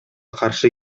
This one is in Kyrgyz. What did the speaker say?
каршы